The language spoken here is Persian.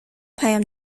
پیام